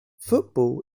football